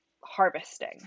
harvesting